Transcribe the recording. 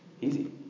Easy